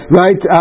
right